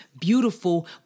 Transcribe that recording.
beautiful